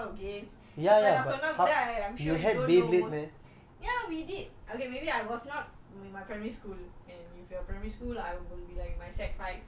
fry as compared to mine okay we had a lot of games நான் சொன்னல்ல:naan sonnalla I'm sure you don't know most ya we did okay maybe I was not in primary school